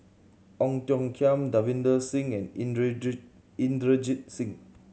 Ong Tiong Khiam Davinder Singh and Inderjit Inderjit Singh